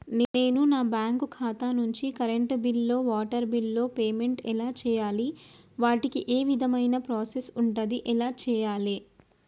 నేను నా బ్యాంకు ఖాతా నుంచి కరెంట్ బిల్లో వాటర్ బిల్లో పేమెంట్ ఎలా చేయాలి? వాటికి ఏ విధమైన ప్రాసెస్ ఉంటది? ఎలా చేయాలే?